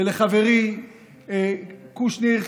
ולחברי קושניר,